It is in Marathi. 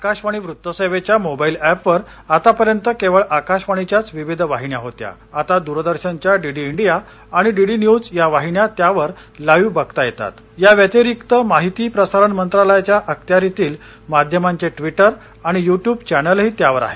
आकाशवाणी वृत्त सेवेच्या मोबाईल ऍपवर आतापर्यंत केवळ आकाशवाणीच्याच विविध वाहिन्या होत्या आता दूरदर्शनच्या डी डि डिया आणि डी डी न्यूज या वाहिन्या त्यावर लाईव्ह बघता येतात या व्यतिरिक्त माहिती प्रसारण मंत्रालयाच्या अखत्यारीतील माध्यमांचे ट्विटर आणि य् ट्यूब चलिही त्यावर आहेत